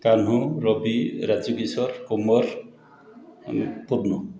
କାହ୍ନୁ ରବି ରାଜକିଶୋର କୁମର ଉଁ କୁନୁ